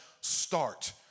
start